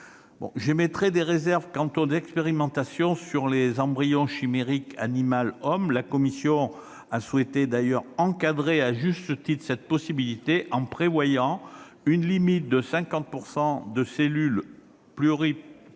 J'émettrai des réserves quant aux expérimentations sur les embryons chimériques animal-homme. La commission a souhaité encadrer, à juste titre, cette possibilité, en prévoyant une limite de 50 % de cellules pluripotentes